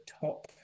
top